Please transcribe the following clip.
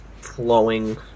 flowing